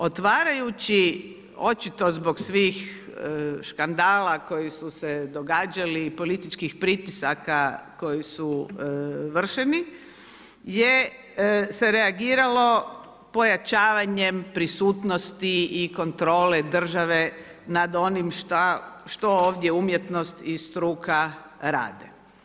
Otvarajući očito zbog svih skandala koji su se događali, političkih pritisaka koji su vršeni se reagiralo pojačavanje pristupnosti i kontrole države nad onim što ovdje umjetnost i struka rade.